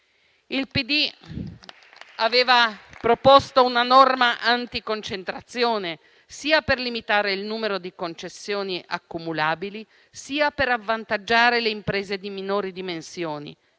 Il PD aveva proposto una norma anticoncentrazione, sia per limitare il numero di concessioni accumulabili, sia per avvantaggiare le imprese di minori dimensioni,